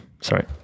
Sorry